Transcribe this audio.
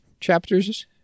chapters